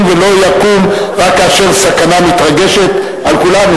ולא יקום רק כאשר סכנה מתרגשת על כולנו,